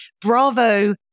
bravo